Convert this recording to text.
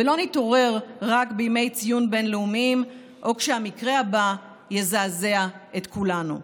ולא נתעורר רק בימי ציון בין-לאומיים או כשהמקרה הבא יזעזע את כולנו.